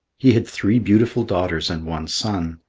he had three beautiful daughters and one son.